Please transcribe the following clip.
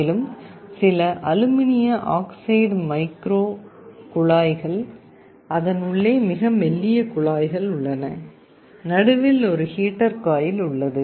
மேலும் சில அலுமினிய ஆக்சைடு மைக்ரோ குழாய்கள் அதன் உள்ளே மிக மெல்லிய குழாய்கள் உள்ளன நடுவில் ஒரு ஹீட்டர் காயில் உள்ளது